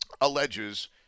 alleges